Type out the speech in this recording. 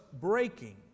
breaking